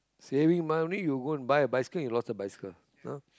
saving mah only you go and buy the bicycle you lost the bicycle ah